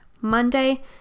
Monday